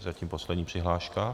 Zatím poslední přihláška.